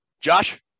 Josh